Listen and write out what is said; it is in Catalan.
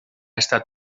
estat